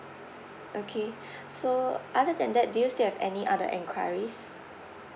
okay so other than that do you still have any other enquiries